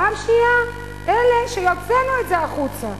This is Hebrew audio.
פעם שנייה לאלה, כשהוצאנו את זה החוצה.